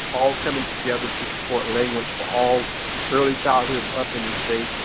all coming together to support language for all early childhood up in the state.